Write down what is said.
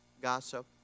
gossip